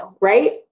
right